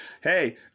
Hey